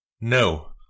No